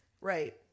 Right